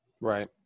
Right